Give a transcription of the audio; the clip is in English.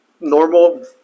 normal